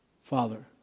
Father